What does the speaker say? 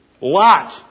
Lot